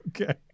Okay